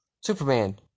Superman